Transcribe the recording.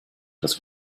dass